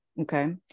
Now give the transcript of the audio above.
okay